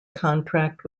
contract